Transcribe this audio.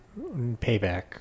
Payback